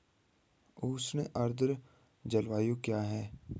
उष्ण आर्द्र जलवायु क्या है?